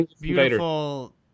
beautiful